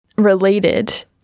related